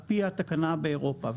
על פי התקנה באירופה.